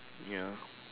ya